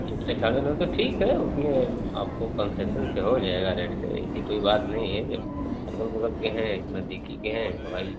तो ठीक है उसमें आपको कंसेशन पे हो जाएगा रेट से ऐसी कोई बात नहीं है अगल बगल के हैं नज़दीकी के हैं तो भाई